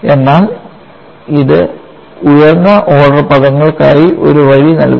എന്നാൽ ഇത് ഉയർന്ന ഓർഡർ പദങ്ങൾക്കായി ഒരു വഴി നൽകുന്നു